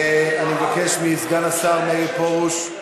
אני מבקש מסגן השר מאיר פרוש,